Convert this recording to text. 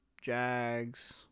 Jags